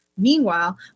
Meanwhile